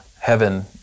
heaven